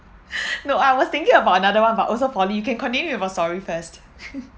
no I was thinking about another one but also poly you can continue with your story first